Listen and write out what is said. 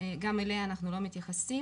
גם אליה אנחנו לא מתייחסים.